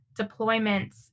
deployments